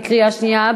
בקריאה שנייה,